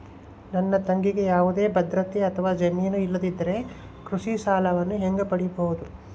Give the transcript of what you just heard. ನನ್ನ ತಂಗಿಗೆ ಯಾವುದೇ ಭದ್ರತೆ ಅಥವಾ ಜಾಮೇನು ಇಲ್ಲದಿದ್ದರೆ ಕೃಷಿ ಸಾಲವನ್ನು ಹೆಂಗ ಪಡಿಬಹುದು?